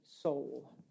soul